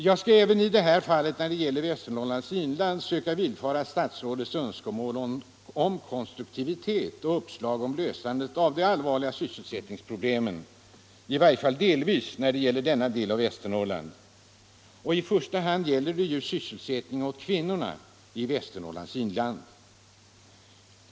Jag skall även då det gäller Västernorrlands inland söka villfara statsrådets önskemål om konstruktivitet och uppslag till lösandet, i varje fall delvis, av det allvarliga sysselsättningsproblemet i denna del av Västernorrland. I första hand gäller det då sysselsättning åt kvinnorna i Västernorrlands inland.